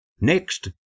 Next